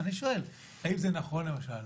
אני שואל, האם זה נכון, למשל,